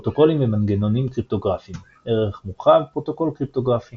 פרוטוקולים ומנגנונים קריפטוגרפיים ערך מורחב – פרוטוקול קריפטוגרפי